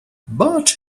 but